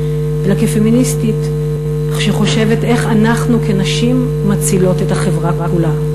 אלא כפמיניסטית שחושבת איך אנחנו כנשים מצילות את החברה כולה,